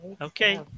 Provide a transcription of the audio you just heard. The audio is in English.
Okay